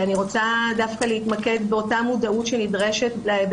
בוקר טוב, אני מתכבד לפתוח את הישיבה.